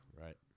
Right